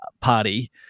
party